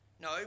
No